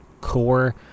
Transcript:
core